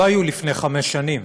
לא היו לפני חמש שנים,